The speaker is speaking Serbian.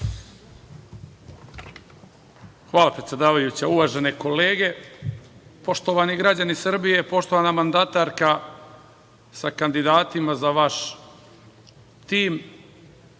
Hvala, predsedavajuća. Uvažene kolege, poštovani građani Srbije, poštovana mandatarka, sa kandidatima za vaš tim,